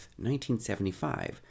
1975